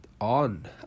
on